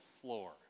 floor